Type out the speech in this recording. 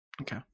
Okay